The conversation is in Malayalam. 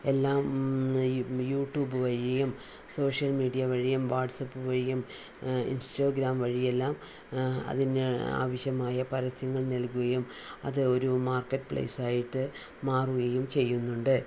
എല്ലാം യു യൂട്യൂബ് വഴിയും സോഷ്യൽ മീഡിയ വഴിയും വാഡ്സപ്പ് വഴിയും ഇൻസ്റ്റഗ്രാം വഴിയെല്ലാം അതിന് ആവശ്യമായ പരസ്യങ്ങൾ നൽകുകയും അതൊരു മാർക്കറ്റ് പ്ലൈസ് ആയിട്ട് മാറുകയും ചെയ്യുന്നുണ്ട്